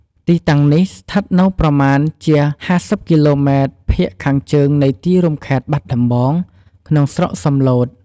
ទីតាំងនេះស្ថិតនៅប្រមាណជា ៥០ គីឡូម៉ែត្រភាគខាងជើងនៃទីរួមខេត្តបាត់ដំបង ក្នុងស្រុកសំឡូត។